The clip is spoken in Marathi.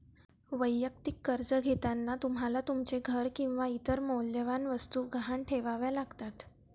वैयक्तिक कर्ज घेताना तुम्हाला तुमचे घर किंवा इतर मौल्यवान वस्तू गहाण ठेवाव्या लागतात